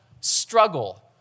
struggle